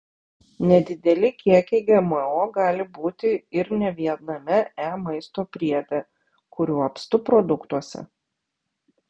nedideli kiekiai gmo gali būti ir ne viename e maisto priede kurių apstu produktuose